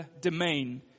domain